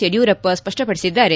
Yediyurappa ಸ್ಪಪ್ಟಪಡಿಸಿದ್ದಾರೆ